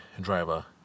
driver